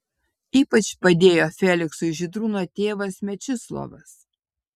ypač padėjo feliksui žydrūno tėvas mečislovas